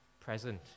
present